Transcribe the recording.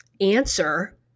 answer